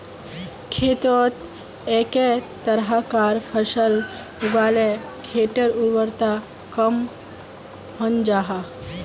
खेतोत एके तरह्कार फसल लगाले खेटर उर्वरता कम हन जाहा